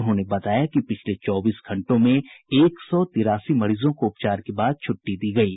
उन्होंने बताया कि पिछले चौबीस घंटों में एक सौ तिरासी मरीजों को उपचार के बाद छुट्टी दी गयी